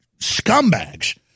scumbags